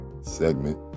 segment